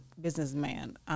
businessman